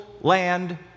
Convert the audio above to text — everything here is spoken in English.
land